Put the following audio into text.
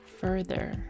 further